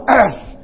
earth